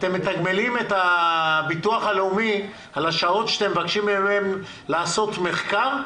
אתם מתגמלים את הביטוח הלאומי על השעות שאתם מבקשים מהם לעשות מחקר,